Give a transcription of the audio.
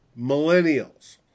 millennials